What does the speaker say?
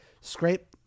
scrape